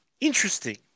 interesting